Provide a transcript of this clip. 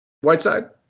Whiteside